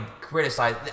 criticize